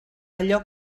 allò